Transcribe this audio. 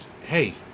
Hey